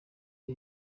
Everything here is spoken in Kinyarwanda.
ari